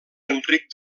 enric